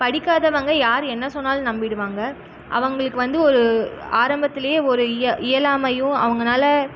படிக்காதவங்க யார் என்ன சொன்னாலும் நம்பிவிடுவாங்க அவங்களுக்கு வந்து ஒரு ஆரம்பத்துலியே ஒரு இய இயலாமையும் அவங்கனால